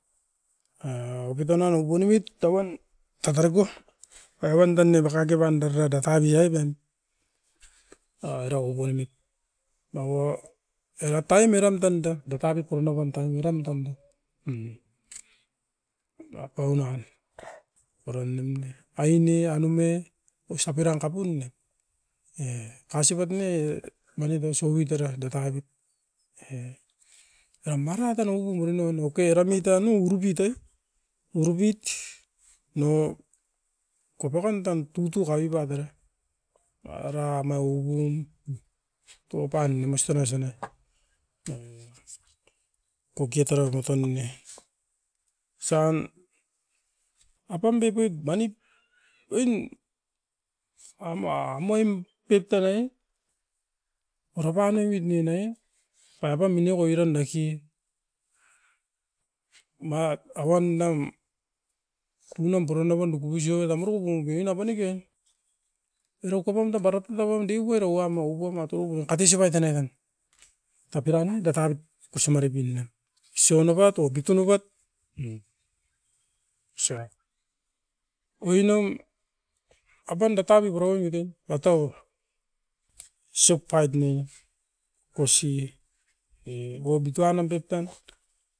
A oki tonan okon ouit tauan tatarako parauan dan ne bakake van darara da tavi ai ven a era uponomit. Mauo era taim eram tan da, da tavi puran ouban taim eran tan da mm bapau nan, oro nim ne. Aine anume osa piran kapun nem e kasipat ne manit e osa u uit era da tavi, e ram marat tan oupu vera noino keramitan o urubit ai, urubit no kopakan tan tutu kabibat era arama ubum toupan nimasten asana. Nanga pokiat tarano tan ne. Osan apam bipip manip oin amu amoim pip tanai, ora panoemit nuen ai papam mineko oiran daki ma awan dam tunam purana uan dukubisio e tamuruku konke ina panike, era ukapam da bara tata uan deuku era uam o ukom a toupou katesi pai tanai tan. Tapiran nu da tavit kosimari pin'nam, isouo noupat o biton oupat, mm oso ai. Oinom apan da tavi purau omit toi matau, isop pait'ne kosi o bito uanum pep tan,